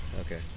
okay